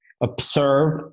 observe